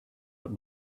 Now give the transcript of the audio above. that